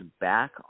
back